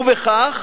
ובכך